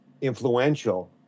influential